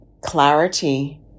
clarity